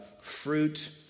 Fruit